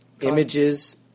Images